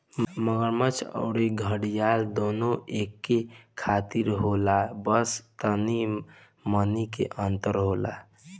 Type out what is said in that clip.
मगरमच्छ अउरी घड़ियाल दूनो एके खानी होला बस तनी मनी के अंतर होला